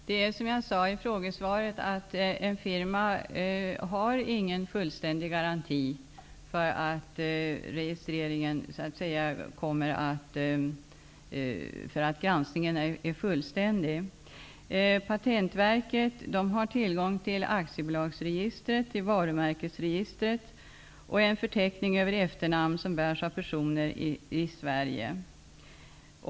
Herr talman! Som jag sade i svaret har en firma inte någon komplett garanti för att granskningen i samband med registreringen är fullständig. Patentverket har tillgång till aktiebolagsregistret, till varumärkesregistret och till en förteckning över efternamn som bärs av personer i Sverige.